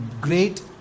great